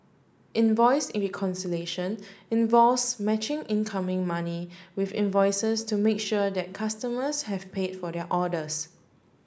invoice reconciliation involves matching incoming money with invoices to make sure that customers have paid for their orders